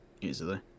Easily